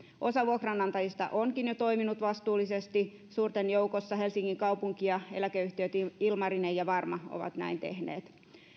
osa vuokranantajista onkin jo toiminut vastuullisesti suurten joukossa helsingin kaupunki ja eläkeyhtiöt ilmarinen ja varma ovat näin tehneet